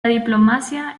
diplomacia